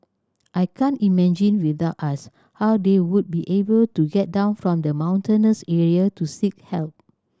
I can't imagine without us how they would be able to get down from the mountainous area to seek help